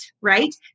right